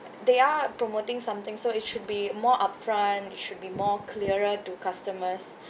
they are promoting something so it should be more upfront should be more clearer to customers